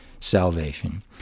salvation